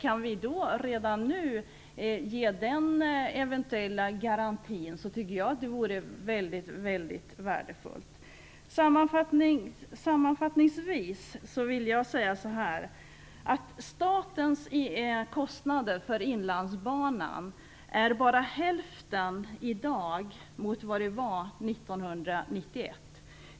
Det vore väldigt värdefullt om vi redan nu kunde ge den eventuella garantin. Sammanfattningsvis vill jag säga att statens kostnader för Inlandsbanan i dag bara är hälften så stora som de var 1991.